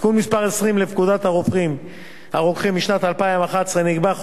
בתיקון מס' 20 לפקודת הרוקחים משנת 2011 נקבעה